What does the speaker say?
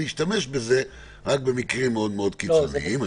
אני אשתמש בזה רק במקרים מאוד מאוד קיצוניים.